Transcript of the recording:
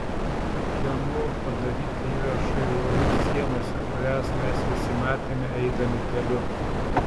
o kieno padaryti įrašai uolų sienose kurias mes visi matėme eidami keliu